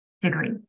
degree